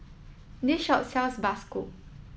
this shop sells Bakso